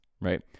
right